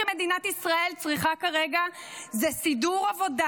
שמדינת ישראל צריכה כרגע זה סידור עבודה